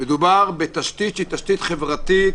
מדובר בתשתית שהיא תשתית חברתית,